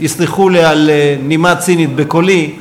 ותסלחו לי על הנימה הצינית בקולי,